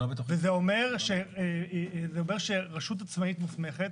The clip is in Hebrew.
זה אומר שרשות עצמאית מוסמכת